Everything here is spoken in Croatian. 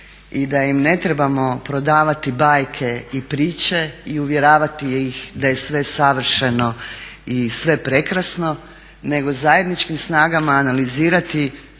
i da im ne trebamo prodavati bajke i priče i uvjeravati ih da je sve savršeno i sve prekrasno nego zajedničkim snagama analizirati